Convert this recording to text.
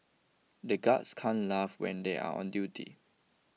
the guards can't laugh when they are on duty